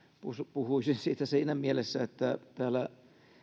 puhuisin siitä siinä mielessä että täällä